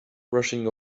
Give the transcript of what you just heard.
rushing